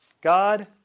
God